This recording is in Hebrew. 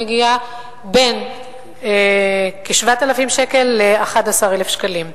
מגיעה ל-7,000 11,000 שקלים.